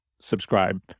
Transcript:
subscribe